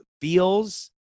feels